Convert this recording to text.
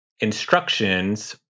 instructions